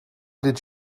did